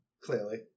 Clearly